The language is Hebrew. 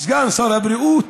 סגן שר הבריאות,